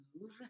move